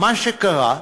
מה שקרה,